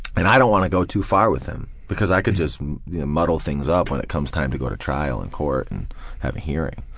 and i don't wanna go too far with him because i could just muddle things up when it comes time to go to trial in court and have a hearing.